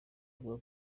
avuga